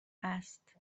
است